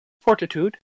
fortitude